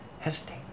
hesitate